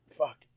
fuck